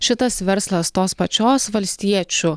šitas verslas tos pačios valstiečių